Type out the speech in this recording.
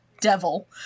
devil